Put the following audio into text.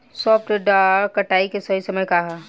सॉफ्ट डॉ कटाई के सही समय का ह?